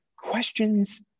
Questions